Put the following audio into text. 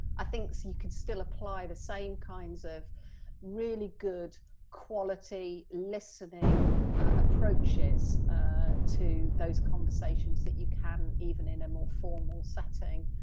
i think so you can still apply the same kinds of really good quality listening approaches to those conversations that you can in a more formal setting.